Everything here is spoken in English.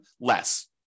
less